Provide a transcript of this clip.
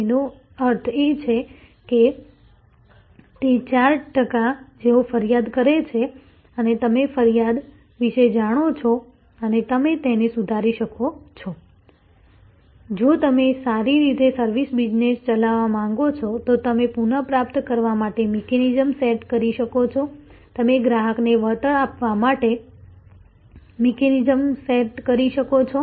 તેનો અર્થ એ કે તે 4 ટકા જેઓ ફરિયાદ કરે છે અને તમે ફરિયાદ વિશે જાણો છો અને તમે તેને સુધારી શકો છો જો તમે સારી રીતે સર્વિસ બિઝનેસ ચલાવો છો તો તમે પુનઃપ્રાપ્ત કરવા માટે મિકેનિઝમ સેટ કરી શકો છો તમે ગ્રાહકને વળતર આપવા માટે મિકેનિઝમ સેટ કરી શકો છો